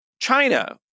China